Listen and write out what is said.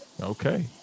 Okay